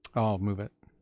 i'll move it.